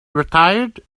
retired